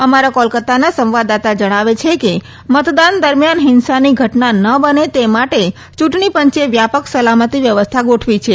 અમારા કોલકાતાના સંવાદદાતા જણાવે છે કે મતદાન દરમિયાન હિંસાની ઘટના ન બને તે માટે ચૂંટણી પંચે વ્યાપક સલામતી વ્યવસ્થા ગોઠવી છે